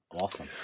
awesome